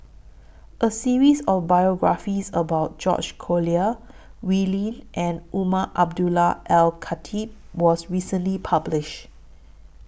A series of biographies about George Collyer Wee Lin and Umar Abdullah Al Khatib was recently published